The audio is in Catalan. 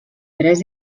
tres